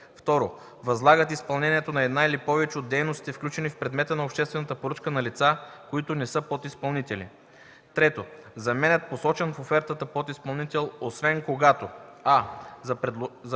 2. възлагат изпълнението на една или повече от дейностите, включени в предмета на обществената поръчка, на лица, които не са подизпълнители; 3. заменят посочен в офертата подизпълнител, освен когато: а) за предложения